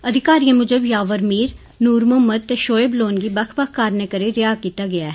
अधिकारियें मुजब यावर मीर नूर मोहम्मद ते शोएब लोन गी बक्ख बक्ख कारणें करी रिहा करी दिता गेआ ऐ